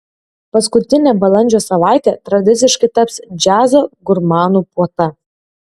paskutinė balandžio savaitė tradiciškai taps džiazo gurmanų puota